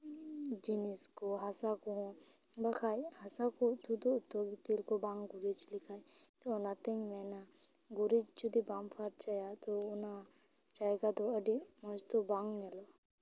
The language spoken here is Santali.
ᱡᱤᱱᱤᱥ ᱠᱚ ᱦᱟᱥᱟ ᱠᱚᱦᱚᱸ ᱵᱟᱠᱷᱟᱡ ᱦᱟᱥᱟ ᱠᱚ ᱛᱩᱫᱩᱜᱼᱟ ᱟᱛᱚ ᱜᱤᱛᱤᱞ ᱠᱚ ᱵᱟᱝ ᱜᱩᱨᱤᱡᱟᱜ ᱞᱮᱠᱷᱟᱡ ᱛᱚ ᱚᱱᱟᱛᱤᱧ ᱢᱮᱱᱟ ᱜᱩᱨᱤᱡᱽ ᱡᱩᱫᱤ ᱵᱟᱢ ᱯᱷᱟᱨᱪᱟᱭᱟ ᱛᱚ ᱚᱱᱟ ᱡᱟᱭᱜᱟ ᱫᱚ ᱟᱹᱰᱤ ᱢᱚᱡᱽ ᱫᱚ ᱵᱟᱝ ᱧᱮᱞᱚᱜᱼᱟ